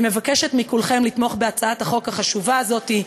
אני מבקשת מכולכם לתמוך בהצעת החוק החשובה הזאת,